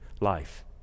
life